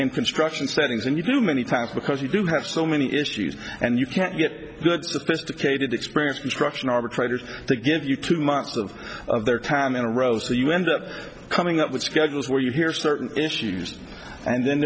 in construction settings and you do many times because you have so many issues and you can't get good the first catered experience construction arbitrators they give you two months of of their time in a row so you end up coming up with schedules where you hear certain issues and then